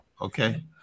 okay